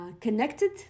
connected